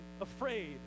afraid